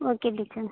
okay teacher